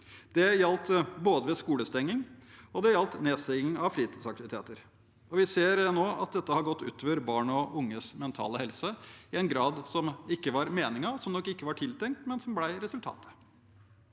Det gjaldt både ved skolestenging og ved nedstenging av fritidsaktiviteter. Vi ser nå at dette har gått ut over barn og unges mentale helse i en grad som ikke var meningen, som nok ikke var tiltenkt, men som ble resultatet.